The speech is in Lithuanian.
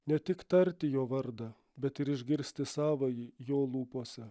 ne tik tarti jo vardą bet ir išgirsti savąjį jo lūpose